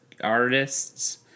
artists